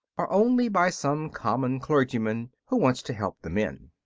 or only by some common clergyman who wants to help the men.